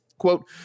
Quote